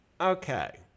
okay